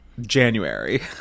January